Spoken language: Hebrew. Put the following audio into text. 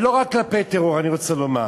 ולא רק כלפי טרור אני רוצה לומר,